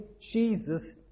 Jesus